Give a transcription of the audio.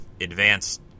advanced